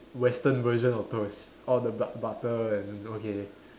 Western version of toast all the but~ butter and you know okay